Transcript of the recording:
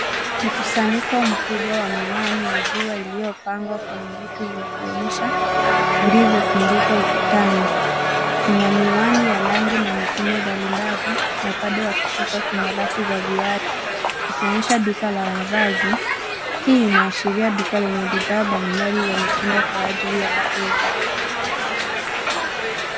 Mkusanyiko mkubwa wa miwani ya jua iliyopangwa kwenye vitu vya kuonyesha vilivyotundikwa ukutani. Kuna miwani ya rangi na mitindo mbalimbali na upande wa kushoto kuna rafu za viatu ikionyesha duka la mavazi, hii inaashiria duka lenye bidhaa mbalimbali za mitindo kwa ajili ya wateja.